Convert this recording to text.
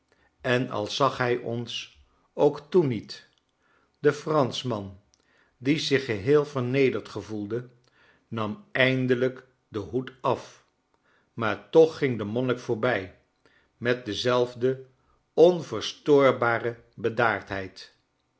en als zag hij ons ook toen niet de franschman die zich geheel vernederd gevoelde nam eindelijk den hoed af maar toch ging de monnik voorbij met dezelfde